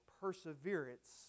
perseverance